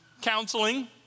counseling